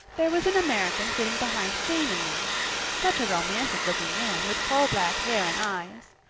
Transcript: there was an american sitting behind jane and me such a romantic-looking man, with coal-black hair and eyes.